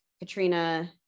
Katrina